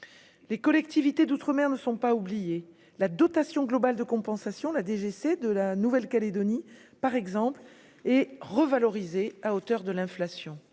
les collectivités d'outre-mer ne sont pas oubliés, la dotation globale de compensation, la DGSE de la Nouvelle-Calédonie, par exemple, est revalorisé à hauteur de l'inflation,